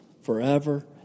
forever